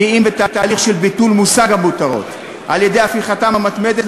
כי אם בתהליך של ביטול מושג המותרות על-ידי הפיכתם המתמדת